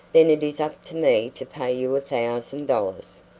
then it is up to me to pay you a thousand dollars.